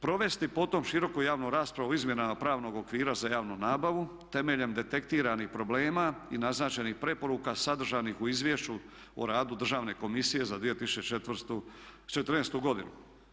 Provesti potom široku javnu raspravu o izmjenama pravnog okvira za javnu nabavu temeljem detektiranih problema i naznačenih preporuka sadržanih u Izvješću o radu Državne komisije za 2014. godinu.